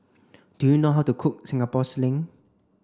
do you know how to cook Singapore sling